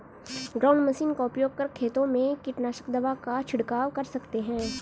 ground machine का उपयोग कर खेतों में कीटनाशक दवा का झिड़काव कर सकते है